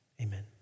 Amen